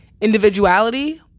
individuality